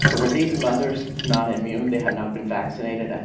so were these mothers not immune, they had not been vaccinated?